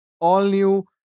all-new